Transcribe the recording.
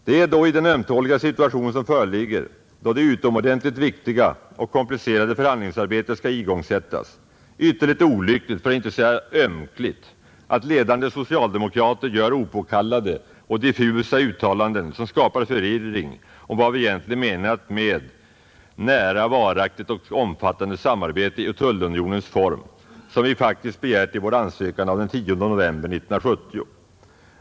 Det är då i den ömtåliga situation som föreligger, då det utomordentligt viktiga och komplicerade förhandlingsarbetet skall igångsättas, ytterligt olyckligt för att icke säga ömkligt att ledande socialdemokrater gör opåkallade och diffusa uttalanden som skapar förvirring om vad vi egentligen menat med ”nära, varaktigt och omfattande samarbete” i tullunionens form, som vi faktiskt begärt i vår ansökan av den 10 november 1970.